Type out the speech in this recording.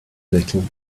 little